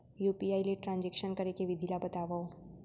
UPI ले transaction करे के विधि ला बतावव?